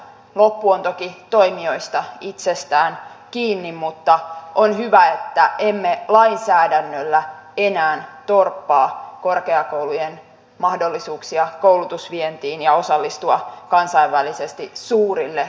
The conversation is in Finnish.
loppu on toki toimijoista itsestään kiinni mutta on hyvä että emme lainsäädännöllä enää torppaa korkeakoulujen mahdollisuuksia koulutusvientiin ja osallistua kansainvälisesti suurille koulutusmarkkinoille